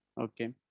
okay